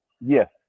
yes